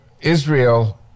Israel